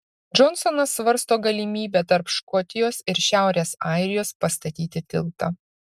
džonsonas svarsto galimybę tarp škotijos ir šiaurės airijos pastatyti tiltą